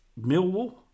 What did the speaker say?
Millwall